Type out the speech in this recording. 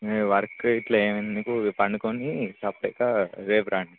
work ఇట్లా ఎందుకు పడుకొని చప్పుడు చేయక రేపు రండి